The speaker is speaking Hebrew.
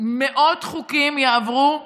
מאות חוקים יעברו כך,